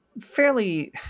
fairly